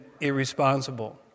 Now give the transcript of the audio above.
irresponsible